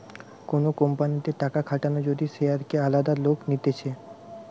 কোন কোম্পানিতে টাকা খাটানো যদি শেয়ারকে আলাদা লোক নিতেছে